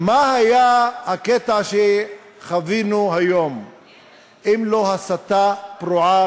מה היה הקטע שחווינו היום אם לא הסתה פרועה,